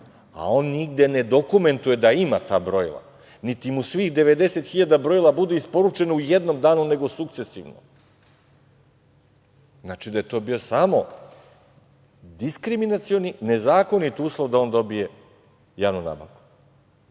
a on nigde ne dokumentuje da ima ta brojila, niti mu svih 90.000 brojila bude isporučeno u jednom danu, nego sukcesivno, znači da je to bio samo diskriminacioni, nezakonit uslov da on dobije javnu nabavku.